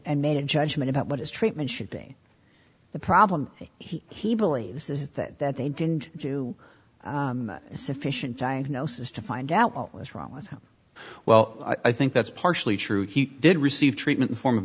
and made a judgment about what his treatment should be the problem he believes is that they didn't do a sufficient diagnosis to find out what's wrong with him well i think that's partially true he did receive treatment form of